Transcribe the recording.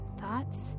Thoughts